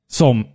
som